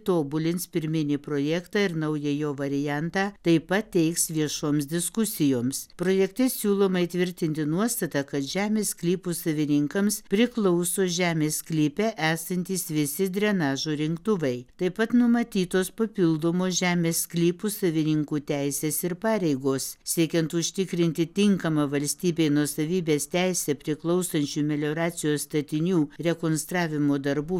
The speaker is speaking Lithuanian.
tobulins pirminį projektą ir naują jo variantą taip pat teiks viešoms diskusijoms projekte siūloma įtvirtinti nuostatą kad žemės sklypų savininkams priklauso žemės sklype esantys visi drenažo rinktuvai taip pat numatytos papildomos žemės sklypų savininkų teisės ir pareigos siekiant užtikrinti tinkamą valstybei nuosavybės teise priklausančių melioracijos statinių rekonstravimo darbų